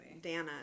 Dana